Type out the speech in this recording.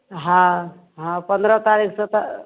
हँ हँ पन्द्रह तारीक से तऽ